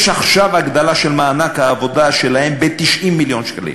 יש עכשיו הגדלה של מענק העבודה שלהן ב-90 מיליון שקלים,